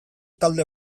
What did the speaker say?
talde